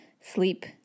sleep